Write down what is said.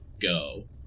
go